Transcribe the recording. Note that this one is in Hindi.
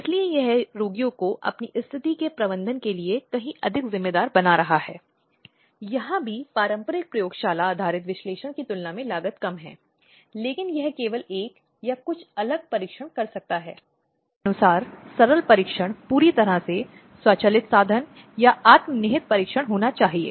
इसमें हम विभिन्न अधिकारों पर गौर करने की कोशिश कर रहे थे जिसकी महिला हकदार हैं और परिणामस्वरूप राहत जो अधिनियम के तहत प्रदान की गई है